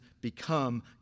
become